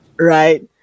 right